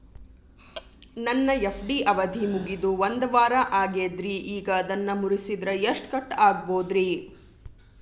ನನ್ನ ಎಫ್.ಡಿ ಅವಧಿ ಮುಗಿದು ಒಂದವಾರ ಆಗೇದ್ರಿ ಈಗ ಅದನ್ನ ಮುರಿಸಿದ್ರ ಎಷ್ಟ ಕಟ್ ಆಗ್ಬೋದ್ರಿ?